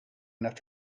enough